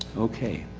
okay,